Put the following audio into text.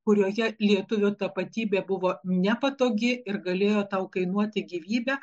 kurioje lietuvio tapatybė buvo nepatogi ir galėjo tau kainuoti gyvybę